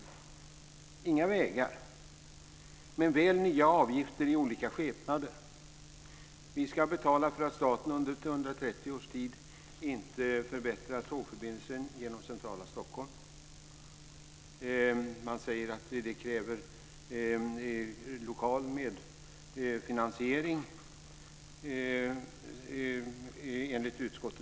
Den erbjuder inga vägar, men väl nya avgifter i olika skepnader. Vi ska betala för att staten under 130 Stockholm. Man säger att det, enligt utskottets mening, kräver lokal medfinansiering.